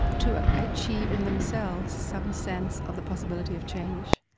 to ah achieve in themselves some sense of the possibility of change.